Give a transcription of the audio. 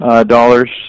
dollars